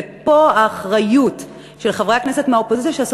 ופה האחריות של חברי הכנסת מהאופוזיציה שעשו